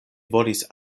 volis